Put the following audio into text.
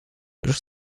już